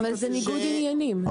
אבל זה ניגוד עניינים,